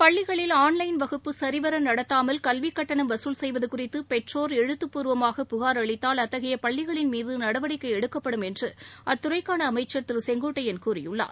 பள்ளிகளில் online வகுப்பு சரிவர நடத்தாமல் கல்விக்கட்டணம் வசூல் செய்வது குறித்து பெற்றோர் எழுத்துப்பூர்வமாக புகார் அளித்தால் அத்தகைய பள்ளிகளின் மீது நடவடிக்கை எடுக்கப்படும் என்று அத்துறைக்கான அமைச்சர் திரு செங்கோட்டையன் கூறியுள்ளார்